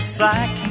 sack